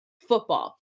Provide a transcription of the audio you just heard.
football